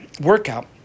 workout